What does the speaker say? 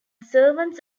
servants